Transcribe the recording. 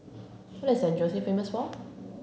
what is San Jose famous for